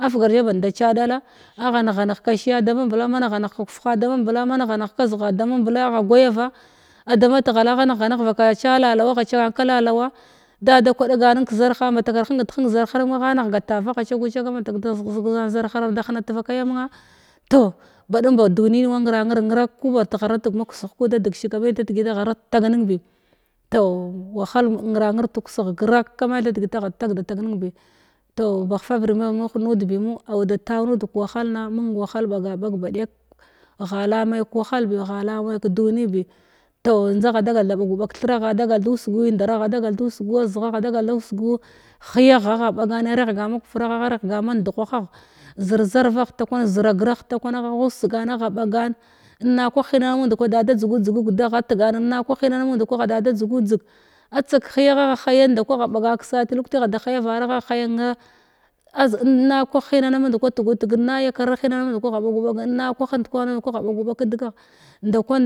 Afgar zha band da cha dala agha megha negh kashiya da mambla agha negh ka kufha da mamnla ma negha negh kagha da mambla agha gwayava ada matgha la gha neghganrgh vaka chala lalawa agha chagan kalalawa da da kwadga nim kazatha mbatak ar hengat heng zar har magha neghga tava agha chagu vhaga mbatak zig da zigan zathat arda te hena tavakaya munna toh ba dam ba duniyin wa nranra nrak ku war ot tegharatig ma kuseh kuda deghiga me tha degota aghavak teg nen bi toh wahal nranrg tukusegh grak matha degit agha da tag da tah nen bi toh ba farvid mahud nud bimo audu taw nud kəwahalana mung wahal ɓaga ɓag bo ʃekka ghala mekwallbi ghala me kədunibi toh njdagha dagal du usugu kəthiragha dagal da usughu azghagha dagak dusugu hw hiyagha agha ɓagana areghgana makuvvagha a regh gana mandu ghagh zir zarvagh takwan zira gragh takwan agha usegan agha ɓagan ina kwah henana mung ndaku ada da dzugu dzug gudah atgan inna kwah henan a mung ndaku agha da da dzugu dzig a tsakh hiyagha agha hayan ndaku agha ɓagan kasati lukti agha da haya varagha hayann az inna kwah henana mung ndku a tugu tag inna yakar henana mung ndaku agha ɓagu ɓag inna kwah ndkwan mun ndaku agha ɓagu ɓag.